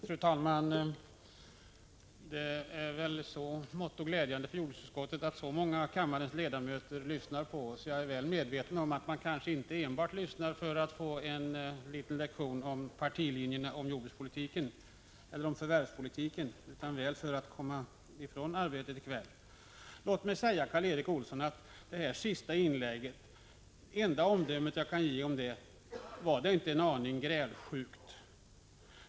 Fru talman! Det är i så måtto glädjande för jordbruksutskottet att så många av kammarens ledamöter lyssnar på oss, även om jag är väl medveten om att de inte enbart lyssnar för att få en liten lektion om var partilinjerna går i fråga om jordförvärvspolitiken utan kanske mera för att komma ifrån arbetet för i kväll. Låt mig säga till Karl Erik Olsson att det enda omdöme jag kan ge om hans sista inlägg är att det nog var en aning grälsjukt.